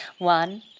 one.